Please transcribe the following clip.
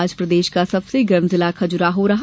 आज प्रदेश का सबसे गर्म जिला खजुराहो रहा